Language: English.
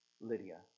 Lydia